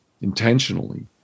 intentionally